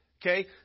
Okay